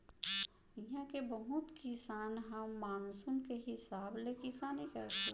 इहां के बहुत किसान ह मानसून के हिसाब ले किसानी करथे